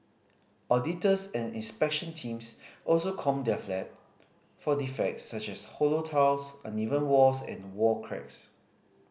auditors and inspection teams also comb their flat for defects such as hollow tiles uneven walls and wall cracks